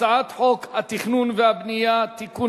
הצעת חוק התכנון והבנייה (תיקון,